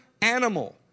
animal